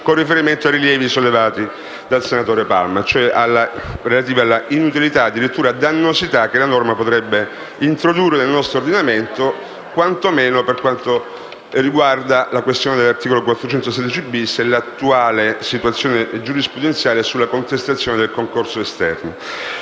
con riferimento ai rilievi sollevati dal senatore Palma, relativi all'inutilità e addirittura alla dannosità che la norma potrebbe introdurre nel nostro ordinamento, per quanto riguarda la questione dell'articolo 416-*bis* e l'attuale situazione giurisprudenziale sulla contestazione del concorso esterno.